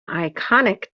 iconic